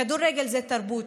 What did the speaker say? כדורגל זה תרבות,